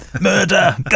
murder